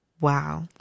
wow